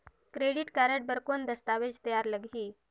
Credit card बर कौन दस्तावेज तैयार लगही?